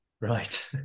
Right